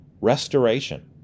restoration